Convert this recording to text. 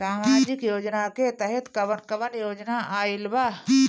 सामाजिक योजना के तहत कवन कवन योजना आइल बा?